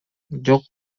жок